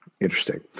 Interesting